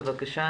בבקשה,